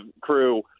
crew